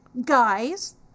guys